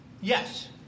Yes